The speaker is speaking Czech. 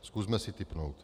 Zkusme si tipnout.